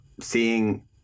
seeing